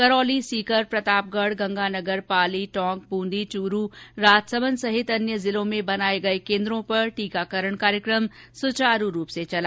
करौली सीकर प्रतापगढ गंगानगर पाली टोंक बूंदी चूरू राजसमन्द सहित अन्य जिलों में बनाए गए केन्द्रों पर टीकाकरण कार्यक्रम सुचारु रूप से चला